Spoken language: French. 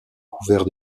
couvert